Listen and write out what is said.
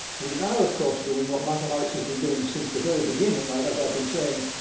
we are, of course, doing what mathematics has been doing since the very beginning. and as i've been saying,